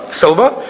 silver